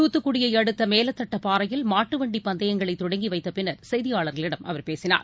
தூத்துக்குடி அடுத்த மேலத்தட்டபாறையில் மாட்டுவண்டி பந்தயங்களை தொடங்கி வைத்த பின்னர் செய்தியாளர்களிடம் அவர் பேசினார்